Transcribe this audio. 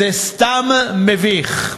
זה סתם מביך.